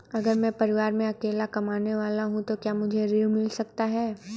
अगर मैं परिवार में अकेला कमाने वाला हूँ तो क्या मुझे ऋण मिल सकता है?